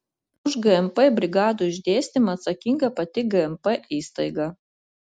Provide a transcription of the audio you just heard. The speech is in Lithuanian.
už gmp brigadų išdėstymą atsakinga pati gmp įstaiga